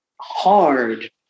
hard